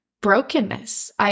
brokenness